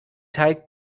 teig